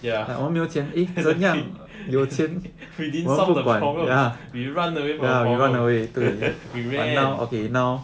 ya that's a bit we didn't solve the problem we run away from the problem we ran